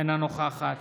אינה נוכחת